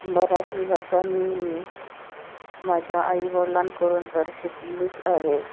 मराठी भाषा मीही माझ्या आईवडिलांकडून तर शिकलीच आहे